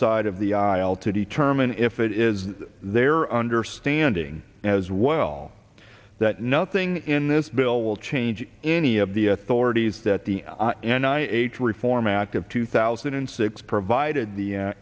side of the aisle to determine if it is their understanding as well that nothing in this bill will change any of the authorities that the and i h reform act of two thousand and six provided the a